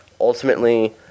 ultimately